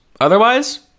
Otherwise